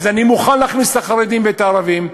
אז אני מוכן להכניס את החרדים ואת הערבים,